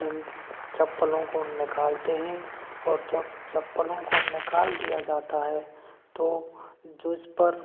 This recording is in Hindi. डंड चप्पलों को निकालते हैं और जब चप्पलों को निकाल दिया जाता है तो जिस पर